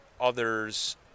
others